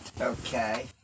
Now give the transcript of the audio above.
okay